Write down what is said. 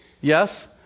Yes